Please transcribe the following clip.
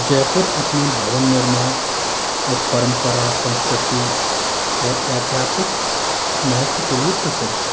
जयपुर अपने भवन निर्माण और परंपरा संस्कृति और ऐतिहासिक महत्व के लिए प्रसिद्ध है